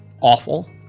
awful